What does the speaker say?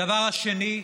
הדבר השני,